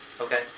Okay